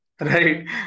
Right